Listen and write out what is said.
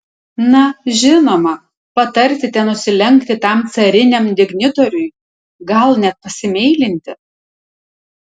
na žinoma patarsite nusilenkti tam cariniam dignitoriui gal net pasimeilinti